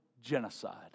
genocide